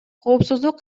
коопсуздук